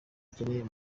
bikeneye